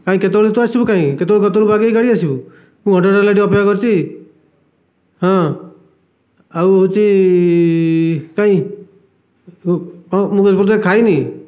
କାଇଁ କେତବେଳକୁ ତୁ ଆସିବୁ କାଇଁ କେତେବେଳୁ କେତେବେଳୁ ବାଗେଇକି ଗାଡ଼ି ଆସିବୁ ମୁଁ ଘଣ୍ଟାଟା ହେଲା ଏଇଠି ଅପେକ୍ଷା କରିଛି ହଁ ଆଉ ହଉଛି କାଇଁ ମୁଁ ଏପର୍ଯ୍ୟନ୍ତ ଖାଇନି